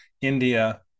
India